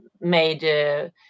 made